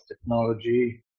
technology